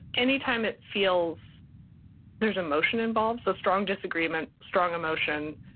anytime it feels there's emotion involved. so strong disagreement, strong emotion.